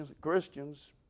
Christians